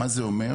מה זה אומר?